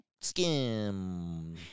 skim